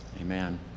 Amen